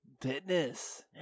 Fitness